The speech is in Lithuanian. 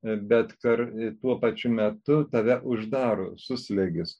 bet kar tuo pačiu metu tave uždaro suslėgis